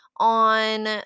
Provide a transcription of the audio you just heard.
on